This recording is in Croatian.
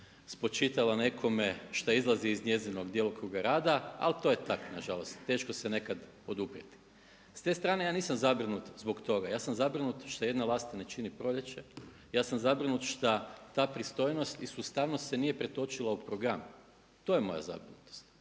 spočitala nekome šta izlazi iz njezinog djelokruga rada ali to je tako nažalost. Teško se nekad oduprijeti. S te strane ja nisam zabrinut zbog toga, ja sam zabrinut što jedna vlasta ne čini proljeće, ja sam zabrinut šta ta pristojnost i sustavnost se nije pretočila u program, to je moja zabrinutost.